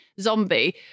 zombie